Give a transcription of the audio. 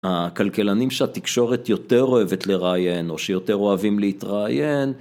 הכלכלנים שהתקשורת יותר אוהבת לראיין, או שיותר אוהבים להתראיין.